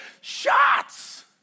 shots